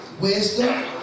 wisdom